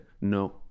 no